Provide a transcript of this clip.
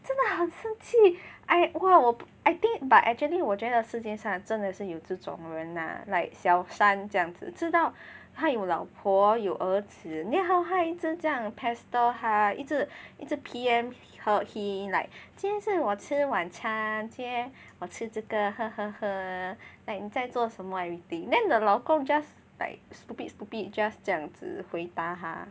真的很生气 I 我 I think but actually 我觉得世界上真的是有这种人 lah like 小三这样子知道他有老婆有儿子 then hor 她一直这样 pester 她一直 P_M her him like 今天是我吃晚餐今天我吃这个 like 你在做什么 everything then the 老公 just like stupid stupid just 这样子回答她